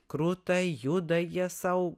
kruta juda jie sau